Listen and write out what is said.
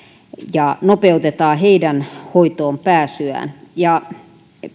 ja nopeutetaan heidän hoitoonpääsyään